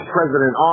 President